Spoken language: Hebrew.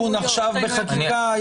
--- חברות, שנייה.